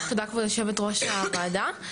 תודה כבוד יושבת-ראש הוועדה,